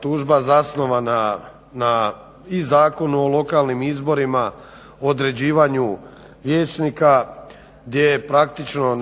tužba zasnovana na i Zakonu o lokalnim izborima, određivanju vijećnika gdje je praktično